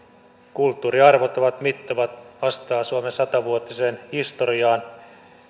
kulttuuriarvot ovat mittavat vastaavat suomen sata vuotiseen historiaan